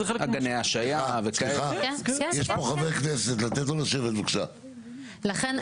זה חלק מה --- לכן,